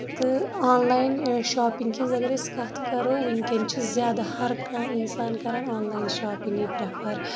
تہٕ online shopping ہٕنٛز اَگر أسۍ کَتھ کَرو ؤنٛکیٚن چھ زیادٕ ہَر کانٛہہ اِنسان کران آن لین شاپِنٛگے پریٚفر